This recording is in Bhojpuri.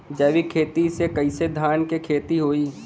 जैविक खेती से कईसे धान क खेती होई?